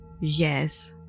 Yes